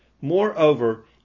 Moreover